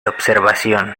observación